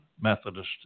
Methodist